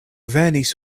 venis